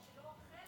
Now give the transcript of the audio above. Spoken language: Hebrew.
שלא כמו,